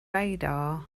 radar